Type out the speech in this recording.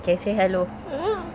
okay say hello